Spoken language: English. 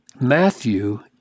Matthew